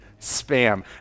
spam